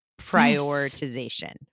prioritization